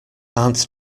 aunt